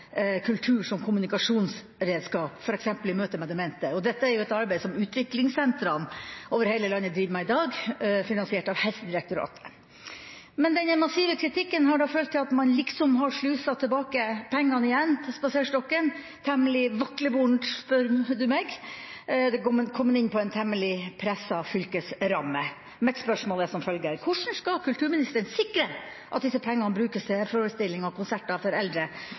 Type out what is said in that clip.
kultur som kommunikasjonsredskap, f.eks. i møte med demente. Dette er jo et arbeid som utviklingssentrene over hele landet driver med i dag, finansiert av Helsedirektoratet. Men denne massive kritikken har ført til at man liksom har slusa pengene tilbake igjen til Den kulturelle spaserstokken, temmelig vaklevorent, spør du meg, det er kommet inn på en temmelig presset fylkesramme. Mine spørsmål er som følger: Hvordan skal kulturministeren sikre at disse pengene brukes til forestillinger og konserter for eldre?